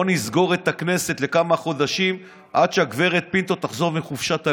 בואו נסגור את הכנסת לכמה חודשים עד שהגב' פינטו תחזור מחופשת הלידה.